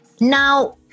Now